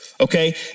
okay